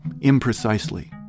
imprecisely